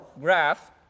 graph